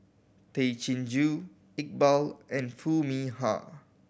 Tay Chin Joo Iqbal and Foo Mee Har